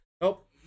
Nope